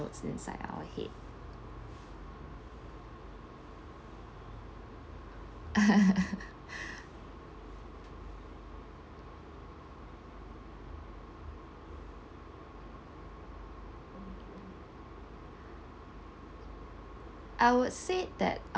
inside our head I would said that um